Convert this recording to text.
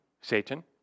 Satan